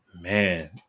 Man